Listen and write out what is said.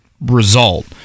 result